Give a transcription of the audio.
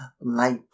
light